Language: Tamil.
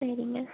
சரிங்க